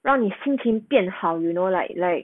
让你心情变好 you know like like